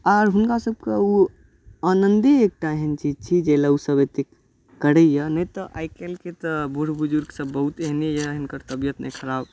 आर हुनका सबके ओ आनंदे एकटा एहेन चीज छी जाहि लए ओ सब एतेक करैया नहि तऽ आइ काल्हि केँ तऽ बुढ बुजूर्ग सब बहुत एहने यऽ जिनकर तबियत नहि ख़राब